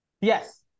Yes